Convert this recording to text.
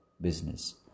business